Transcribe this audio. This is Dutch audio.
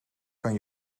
kan